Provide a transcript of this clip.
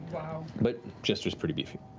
but jester's pretty beefy.